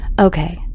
Okay